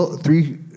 three